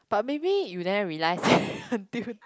but maybe you never realize until